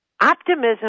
Optimism